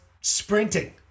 sprinting